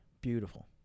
Beautiful